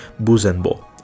Buzenbo